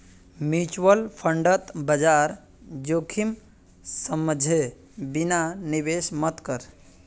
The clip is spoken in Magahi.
म्यूचुअल फंडत बाजार जोखिम समझे बिना निवेश मत कर